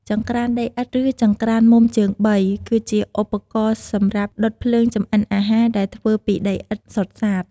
ចង្ក្រានដីឥដ្ឋ ឬ ចង្ក្រានមុំជើងបី គឺជាឧបករណ៍សម្រាប់ដុតភ្លើងចម្អិនអាហារដែលធ្វើពីដីឥដ្ឋសុទ្ធសាធ។